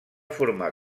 formar